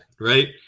right